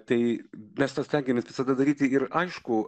tai mes tą stengiamės visada daryti ir aišku